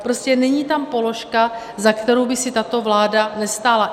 Prostě není tam položka, za kterou by si tato vláda nestála.